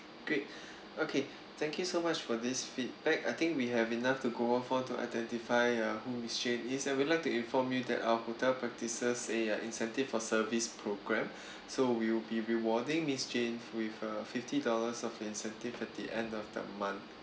great okay thank you so much for this feedback I think we have enough to go off for to identify uh who miss jane is and we'll like to inform you that our hotel practices a uh incentive for service program so we'll be rewarding miss jane with a fifty dollars of incentive at the end of the month